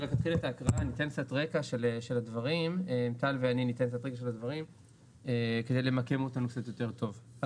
אתן קצת רקע על הדברים כדי למקם אותם קצת יותר טוב.